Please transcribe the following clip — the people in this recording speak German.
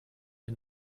ihr